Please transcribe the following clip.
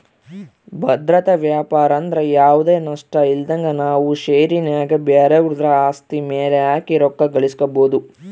ಭದ್ರತಾ ವ್ಯಾಪಾರಂದ್ರ ಯಾವ್ದು ನಷ್ಟಇಲ್ದಂಗ ನಾವು ಷೇರಿನ್ಯಾಗ ಬ್ಯಾರೆವುದ್ರ ಆಸ್ತಿ ಮ್ಯೆಲೆ ಹಾಕಿ ರೊಕ್ಕ ಗಳಿಸ್ಕಬೊದು